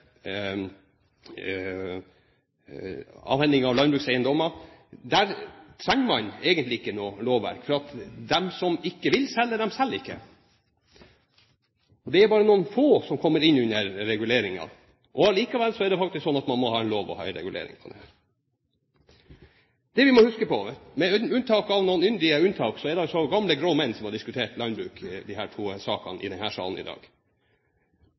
avhending av landsbrukseiendommer, trenger man egentlig ikke noe lovverk fordi de som ikke vil selge, de selger ikke. Det er bare noen få som kommer inn under reguleringen. Likevel er det faktisk sånn at man må ha en lov og ha en regulering av det. Det vi må huske på, med noen yndige unntak, er at det er gamle, grå menn som har diskutert landbruket i disse to sakene i denne salen i dag.